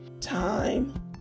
Time